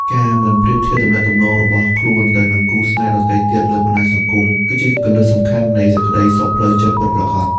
ការមិនប្រៀបធៀបទំនាក់ទំនងរបស់ខ្លួនទៅនឹងគូស្នេហ៍ដទៃទៀតលើបណ្ដាញសង្គម គឺជាគន្លឹះសំខាន់នៃសេចក្ដីសុខផ្លូវចិត្តពិតប្រាកដ។